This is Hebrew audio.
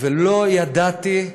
ולא ידעתי,